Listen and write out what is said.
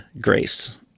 grace